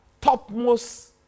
topmost